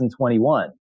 2021